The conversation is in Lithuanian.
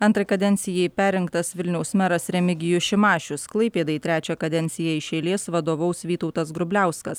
antrai kadencijai perrinktas vilniaus meras remigijus šimašius klaipėdai trečią kadenciją iš eilės vadovaus vytautas grubliauskas